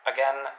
Again